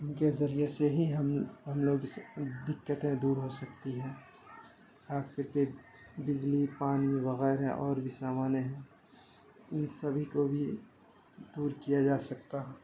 ان کے ذریعے سے ہی ہم ہم لوگ سے دقتیں دور ہو سکتی ہیں خاص کر کے بجلی پانی وغیرہ اور بھی سامانیں ہیں ان سبھی کو بھی دور کیا جا سکتا ہے